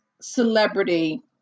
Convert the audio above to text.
celebrity